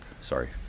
Sorry